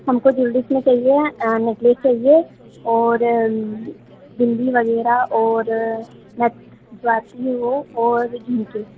हमको जूलरी सी चाहिए नेक्लिस चाहिए और बिंदी वगेरह और नेट जो आती है वो और झुमके